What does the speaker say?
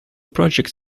project